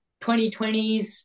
2020s